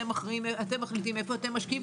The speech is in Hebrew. אתם מחליטים איפה אתם משקיעים,